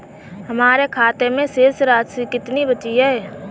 हमारे खाते में शेष राशि कितनी बची है?